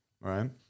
right